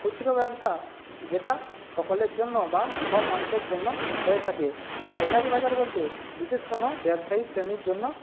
খুচরো ব্যবসা যেটা সকলের জন্য বা সব মানুষের জন্য হয়ে থাকে পাইকারি বাজার বলতে বিশেষ কোনো ব্যবসায়ী শ্রেণির জন্য